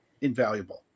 invaluable